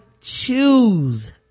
choose